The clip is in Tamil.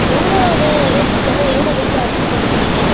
எவ்வளோ வே வேஸ்டேஜ் அதுதான் எவ்வளோ வெயிட் அரிசி கொண்டுப் போனீங்க